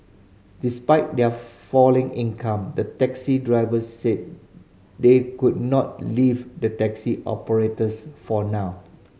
despite their falling income the taxi drivers said they could not leave the taxi operators for now